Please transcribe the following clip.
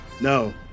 No